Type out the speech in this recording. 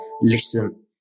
listen